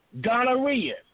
gonorrhea